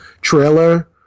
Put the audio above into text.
trailer